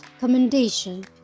Commendation